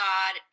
God